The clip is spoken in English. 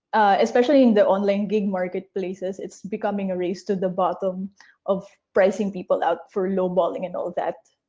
especially in the online gig marketplaces, it's becoming a race to the bottom of pricing people out for low balling and all that.